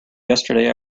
yesterday